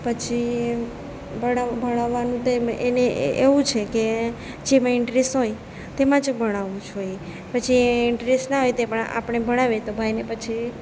પછી ભણાવવું ભણાવવાનું તો એને એવું છે કે જેમાં ઇન્ટરેસ્ટ હોય તેમાં જ ભણાવવું જોઈએ પછી એને ઇન્ટરેસ્ટ ના હોયને આમાં આપણે ભણાવીએ તો ભાઈ પછી